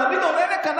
תמיד אומר כאן,